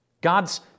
God's